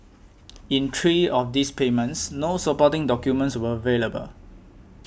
in three of these payments no supporting documents were available